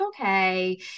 okay